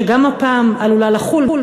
שגם הפעם עלולה לחול,